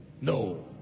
No